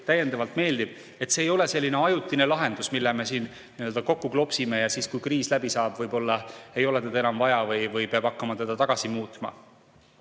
täiendavalt meeldib, [on see,] et see ei ole selline ajutine lahendus, mille me siin kokku klopsime ja siis, kui kriis läbi saab, ei ole teda võib-olla enam vaja või peab hakkama teda tagasi muutma.